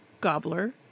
Gobbler